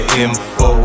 info